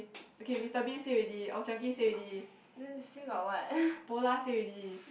okay Mister Bean say already Old Chang-Kee say already Polar say already